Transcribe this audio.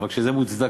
אבל כשזה מוצדק,